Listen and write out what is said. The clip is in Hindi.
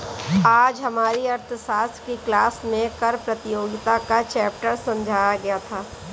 आज हमारी अर्थशास्त्र की क्लास में कर प्रतियोगिता का चैप्टर समझाया गया था